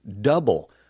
Double